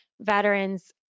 veterans